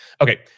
Okay